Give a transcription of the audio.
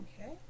Okay